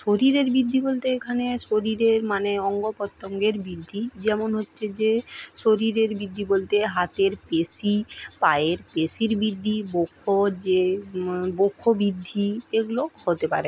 শরীরের বৃদ্ধি বলতে এখানে শরীরের মানে অঙ্গ প্রত্যঙ্গের বৃদ্ধি যেমন হচ্ছে যে শরীরের বৃদ্ধি বলতে হাতের পেশী পায়ের পেশীর বৃদ্ধি বক্ষ যে বক্ষ বৃদ্ধি এগুলো হতে পারে